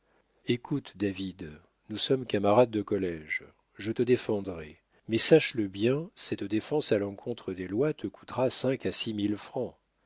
écoute david nous sommes camarades de collége je te défendrai mais sache-le bien cette défense à l'encontre des lois te coûtera cinq à six mille francs